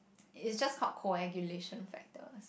it's just called coagulation factor